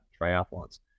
triathlons